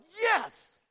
yes